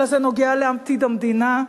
אלא זה נוגע לעתיד המדינה.